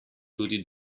tudi